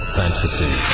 fantasy